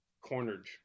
cornered